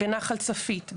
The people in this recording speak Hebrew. בנחל צפית,